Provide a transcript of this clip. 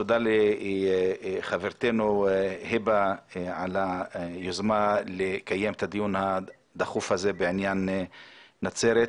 תודה לחברתנו היבה על היוזמה לקיים את הדיון הדחוף הזה בעניין נצרת.